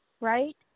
right